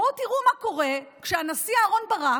בואו תראו מה קורה כשהנשיא אהרן ברק,